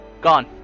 Gone